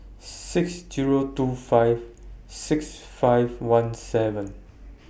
six Zero two five six five one seven